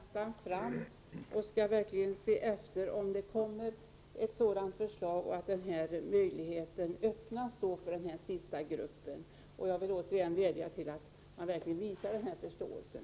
Fru talman! Jag ser med förväntan fram mot detta, och jag skall verkligen se efter om det kommer ett sådant förslag som öppnar en möjlighet för denna grupp till påbyggnadsutbildning. Jag vill återigen vädja till regeringen att verkligen visa den här förståelsen.